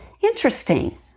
Interesting